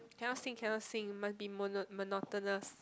cannot sing cannot sing must be mono~ monotonous